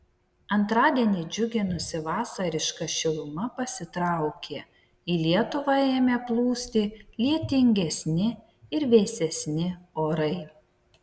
antradienį džiuginusi vasariška šiluma pasitraukė į lietuvą ėmė plūsti lietingesni ir vėsesni orai